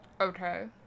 okay